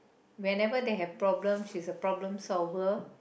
whenever they have problem she's a problem solver